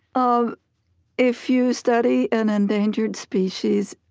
um if you study an endangered species,